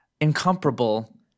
incomparable